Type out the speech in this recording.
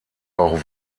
auch